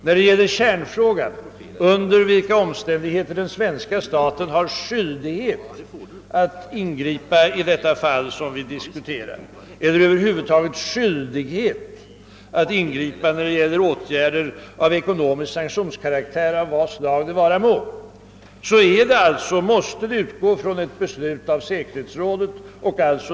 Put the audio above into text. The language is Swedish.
När det gäller kärnfrågan, under vilka omständigheter den svenska staten har skyldighet att ingripa i det fall som vi diskuterar eller över huvud taget har skyldighet att ingripa när det gäller åtgärder av ekonomisk sanktionskaraktär av vad slag det vara må, så måste utgångspunkten vara ett beslut av säkerhetsrådet.